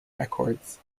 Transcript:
records